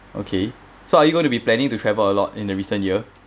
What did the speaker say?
okay so are you gonna be planning to travel a lot in the recent year